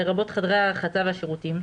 לרבות חדרי הרחצה והשירותים,